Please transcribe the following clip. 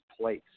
place